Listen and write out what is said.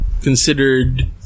considered